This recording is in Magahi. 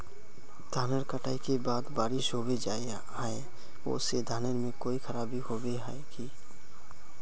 धानेर कटाई के बाद बारिश होबे जाए है ओ से धानेर में कोई खराबी होबे है की?